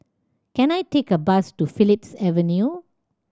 can I take a bus to Phillips Avenue